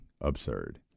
absurd